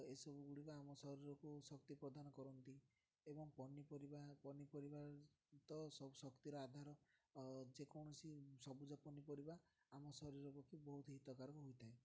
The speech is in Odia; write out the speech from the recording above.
ଏସବୁ ଗୁଡ଼ିକ ଆମ ଶରୀରକୁ ଶକ୍ତି ପ୍ରଦାନ କରନ୍ତି ଏବଂ ପନିପରିବା ପନିପରିବା ତ ସବୁ ଶକ୍ତିର ଆଧାର ଯେକୌଣସି ସବୁଜ ପନିପରିବା ଆମ ଶରୀର ପକ୍ଷ ବହୁତ ହିତକାରକ ହୋଇଥାଏ